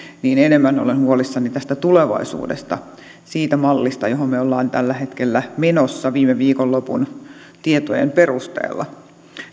niin enemmän olen huolissani tästä tulevaisuudesta siitä mallista johon me olemme tällä hetkellä menossa viime viikonlopun tietojen perusteella